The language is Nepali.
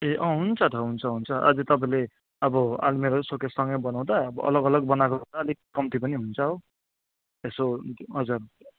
ए हुन्छ त हुन्छ हुन्छ अझ तपाईँले अब अलमिरा र सोकेस सँगै बनाउँदा अलग अलग बनाएको भन्दा अलिक कम्ती पनि हुन्छ हो यसो हजुर